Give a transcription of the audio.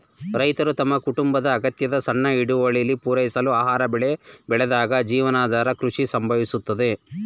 ರೈತರು ತಮ್ಮ ಕುಟುಂಬದ ಅಗತ್ಯನ ಸಣ್ಣ ಹಿಡುವಳಿಲಿ ಪೂರೈಸಲು ಆಹಾರ ಬೆಳೆ ಬೆಳೆದಾಗ ಜೀವನಾಧಾರ ಕೃಷಿ ಸಂಭವಿಸುತ್ತದೆ